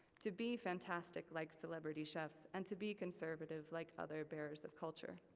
to be fantastic like celebrity chefs, and to be conservative like other bearers of culture.